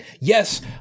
yes